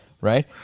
right